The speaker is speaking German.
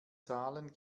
zahlen